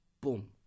Boom